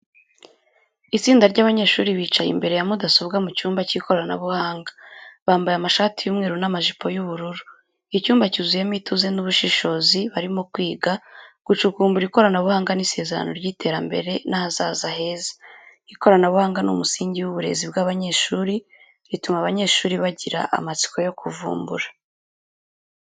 Itsinda ry’abanyeshuri bicaye imbere ya mudasobwa mu cyumba cy’ikoranabuhanga. Bambaye amashati y’umweru n’amajipo y'ubururu. Icyumba cyuzuyemo ituze n'ubushishozi, barimo kwiga, gucukumbura ikoranabuhanga n’isezerano ry’iterambere n'ahazaza heza. Ikoranabuhanga ni umusingi w'uburezi bw'abanyeshuri, rituma abanyeshuri bagira amatsiko yo kuvumbura.